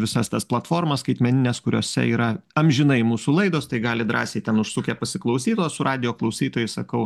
visas tas platformas skaitmenines kuriose yra amžinai mūsų laidos tai galit drąsiai ten užsukę pasiklausyt o su radijo klausytojais sakau